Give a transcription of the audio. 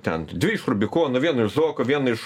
ten dvi iš rubikono viena iš zuoko viena iš